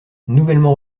nouvellement